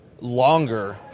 longer